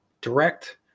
direct